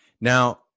Now